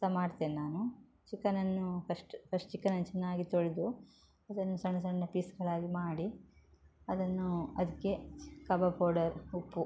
ಸಹ ಮಾಡ್ತೇನೆ ನಾನು ಚಿಕನನ್ನೂ ಫಶ್ಟ್ ಫಶ್ಟ್ ಚಿಕನನ್ನು ಚೆನ್ನಾಗಿ ತೊಳೆದು ಅದನ್ನು ಸಣ್ಣ ಸಣ್ಣ ಪೀಸ್ಗಳಾಗಿ ಮಾಡಿ ಅದನ್ನೂ ಅದಕ್ಕೆ ಕಬಾಬ್ ಪೌಡರ್ ಉಪ್ಪು